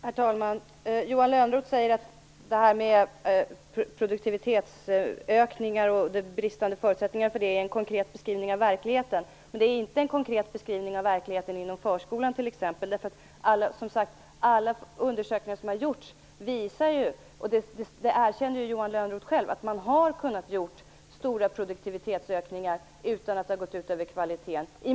Herr talman! Johan Lönnroth säger att detta med produktivitetsökningar och bristande förutsättningar är en beskrivning av verkligheten. Men det är inte en konkret beskrivning av verkligheten inom förskolan. Alla undersökningar som har gjorts visar ju - och det erkände Johan Lönnroth själv - att man i många fall har kunnat göra stora produktivitetsökningar utan att det har gått ut över kvaliteten.